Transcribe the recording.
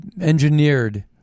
engineered